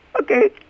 Okay